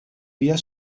via